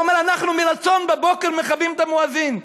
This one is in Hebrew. הוא אומר: אנחנו מרצון, בבוקר מכבים את המואזין.